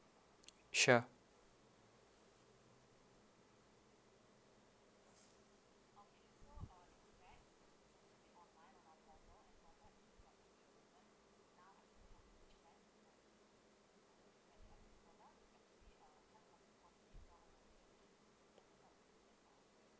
sure